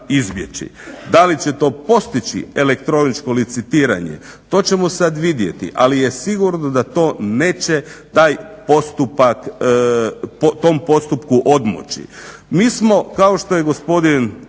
izbjeći. Da li će to postići elektroničko licitiranje? To ćemo sada vidjeti, ali je sigurno da to neće tom postupku odmoći. Mi smo kao što je gospodin